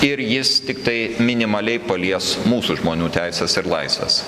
ir jis tiktai minimaliai palies mūsų žmonių teises ir laisves